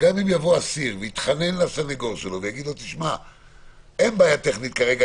שגם אם יתחנן אסיר לסנגור שלו ויגיד לו: אין בעיה טכנית כרגע,